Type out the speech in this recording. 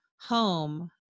home